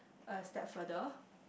a step further